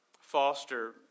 foster